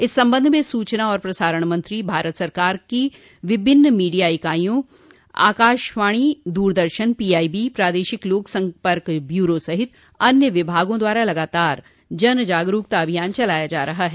इस संबंध में सूचना और प्रसारण मंत्री भारत सरकार की विभिन्न मीडिया इकाइयों आकाशवाणी दूरदर्शन पीआबी प्रादेशिक लोक सम्पर्क ब्यूरो सहित अन्य विभागों द्वारा लगातार जन जागरूकता अभियान चलाया जा रहा है